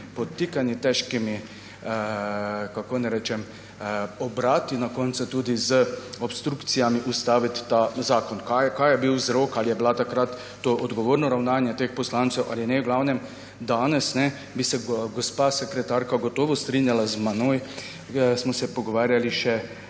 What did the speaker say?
podtikanji, težkimi, kako naj rečem, obrati, na koncu tudi z obstrukcijami ustaviti ta zakon. Kaj je bil vzrok, ali je bilo takrat to odgovorno ravnanje teh poslancev ali ne … Danes bi se gospa sekretarka gotovo strinjala z menoj, smo se pogovarjali še